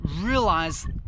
realize